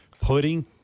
putting